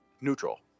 neutral